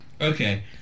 Okay